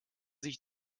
sich